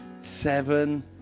seven